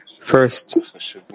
first